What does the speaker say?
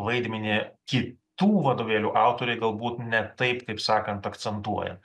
vaidmenį kitų vadovėlių autoriai galbūt ne taip kaip sakant akcentuoja